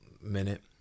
minute